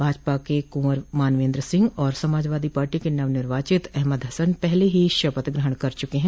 भाजपा के कुंवर मानवेन्द्र सिंह और समाजवादी पार्टी के नव निर्वाचित अहमद हसन पहले ही शपथ ग्रहण कर चुके हैं